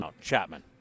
Chapman